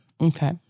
Okay